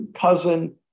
cousin